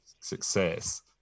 success